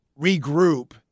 regroup